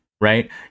right